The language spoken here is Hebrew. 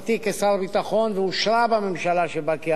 הביטחון ואושרה בממשלה שבה כיהנתי,